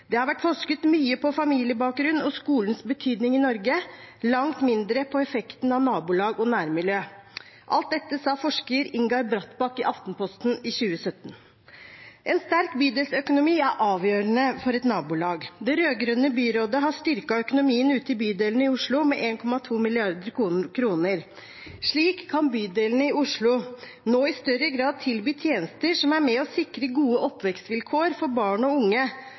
Det har vært forsket mye på familiebakgrunn og skolens betydning i Norge – langt mindre på effekten av nabolag og nærmiljø.» Alt dette sa forsker Ingar Brattbakk i Aftenposten i 2017. En sterk bydelsøkonomi er avgjørende for et nabolag. Det rød-grønne byrådet har styrket økonomien ute i bydelene i Oslo med 1,2 mrd. kr. Slik kan bydelene i Oslo nå i større grad tilby tjenester som er med og sikrer gode oppvekstsvilkår for barn og unge,